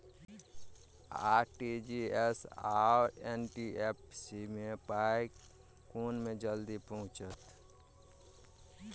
RTGS आओर NEFT मे पाई केँ मे जल्दी पहुँचत?